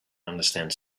understand